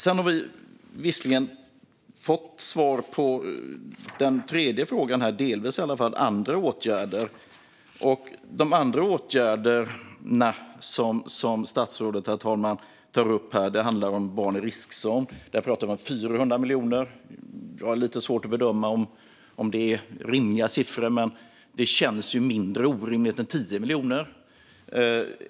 Vi har visserligen fått svar på den tredje frågan om andra åtgärder, i alla fall delvis. De andra åtgärderna som statsrådet tar upp här handlar om barn i riskzon. Där pratar man om 400 miljoner. Jag har lite svårt att bedöma om det är rimliga siffror, men det känns ju mindre orimligt än 10 miljoner.